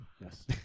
Yes